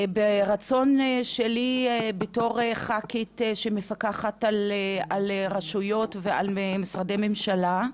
בין הרצון שלי בתור ח"כית שמפקחת על רשויות ועל משרדי ממשלה,